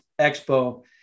Expo